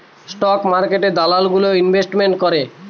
stock মার্কেটে দালাল গুলো ইনভেস্টমেন্ট করে